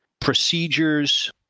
procedures